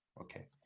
okay